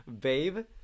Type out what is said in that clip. Babe